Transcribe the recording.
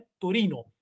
Torino